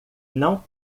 não